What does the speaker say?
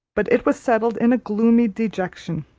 but it was settled in a gloomy dejection.